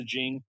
messaging